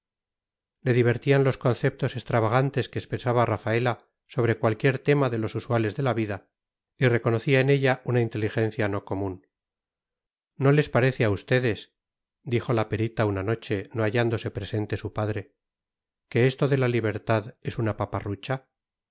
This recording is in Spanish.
le divertían los conceptos extravagantes que expresaba rafaela sobre cualquier tema de los usuales de la vida y reconocía en ella una inteligencia no común no les parece a ustedes dijo la perita una noche no hallándose presente su padre que esto de la libertad es una paparrucha